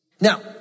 Now